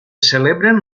celebren